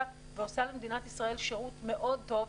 ועושה למדינת ישראל שירות מאוד טוב,